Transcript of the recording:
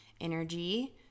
energy